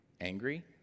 angry